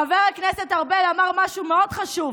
חבר הכנסת ארבל אמר משהו מאוד חשוב.